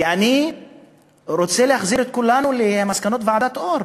ואני רוצה להחזיר את כולנו למסקנות ועדת אור,